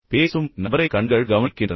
பேசும் நபரிடம்